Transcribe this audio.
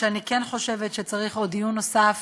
שאני חושבת שכן צריך דיון נוסף